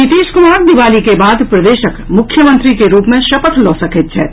नीतीश कुमार दिवाली के बाद प्रदेशक मुख्यमंत्री के रूप मे शपथ लऽ सकैत छथि